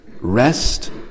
rest